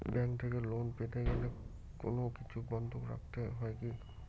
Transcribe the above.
Bank থেকে loan পেতে গেলে কোনো কিছু বন্ধক রাখতে হয় কি?